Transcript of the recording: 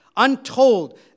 untold